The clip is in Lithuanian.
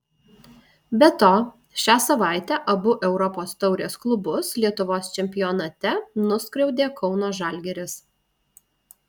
be to šią savaitę abu europos taurės klubus lietuvos čempionate nuskriaudė kauno žalgiris